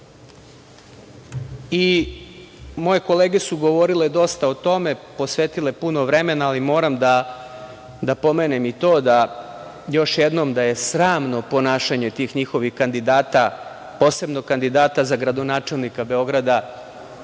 Vučić. Moje kolege su govorile dosta o tome, posvetile puno vremena, ali moram da pomenem još jednom i to da je sramno ponašanje tih njihovih kandidata, posebno kandidata za gradonačelnika Beograda